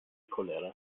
koleras